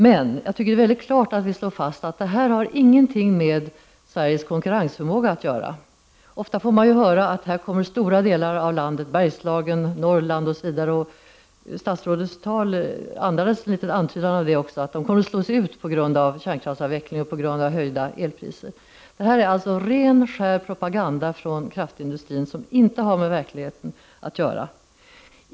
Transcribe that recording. Men jag tycker att vi skall slå fast att detta inte har någonting att göra med Sveriges konkurrensförmåga. Ofta får man höra att stora delar av landet, Bergslagen, Norrland osv., kommer att slås ut på grund av kärnkraftsavvecklingen och höjda elpriser. Statsrådets tal andades en antydan av detta. Detta är ren och skär propaganda från kraftindustrin, en propaganda som inte har med verkligheten att göra.